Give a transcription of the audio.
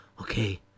Okay